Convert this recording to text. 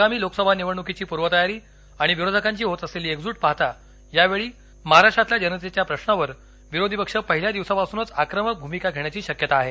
आगामी लोकसभा निवडणुकीची पूर्वतयारी आणि विरोधकांची होत असलेली एकजूट पाहता यावेळी महाराष्ट्रातील जनतेच्या प्रश्नावर विरोधी पक्ष पहिल्या दिवसापासूनच आक्रमक भूमिका घेण्याची शक्यता आहे